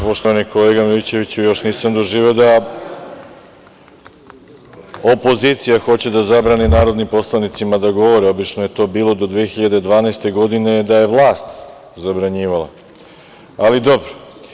Poštovani kolega Milićeviću, još nisam doživeo da opozicija hoće da zabrani narodnim poslanicima da govore, obično je to bilo do 2012. godine, da je vlast zabranjivala, ali dobro.